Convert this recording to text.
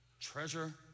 treasure